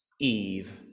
Eve